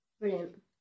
Brilliant